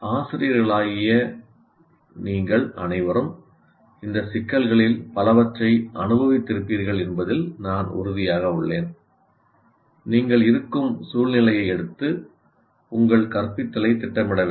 ஆசிரியர்களாகிய நீங்கள் அனைவரும் இந்த சிக்கல்களில் பலவற்றை அனுபவித்திருப்பீர்கள் என்பதில் நான் உறுதியாக உள்ளேன் நீங்கள் இருக்கும் சூழ்நிலையை எடுத்து உங்கள் கற்பித்தலைத் திட்டமிட வேண்டும்